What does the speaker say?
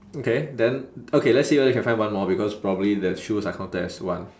okay then okay let's see whether we can find one more because probably the shoes are counted as one